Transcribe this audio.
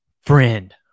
friend